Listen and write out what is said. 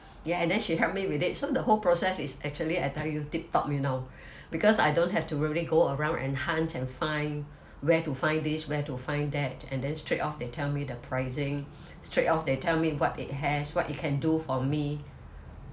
ya and then she help me with it so the whole process is actually I tell you tip top you know because I don't have to really go around and hunt and find where to find this where to find that and then straight off they tell me the pricing straight off they tell me what it has what it can do for me